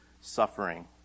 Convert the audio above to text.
suffering